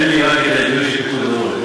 אין לי מה להגיד על נתונים של פיקוד העורף.